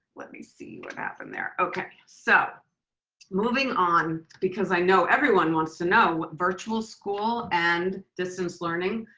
let me see what happened there. okay. so moving on, because i know everyone wants to know what virtual school and distance learning,